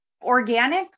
organic